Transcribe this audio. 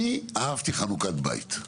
אני אהבתי חנוכת בית,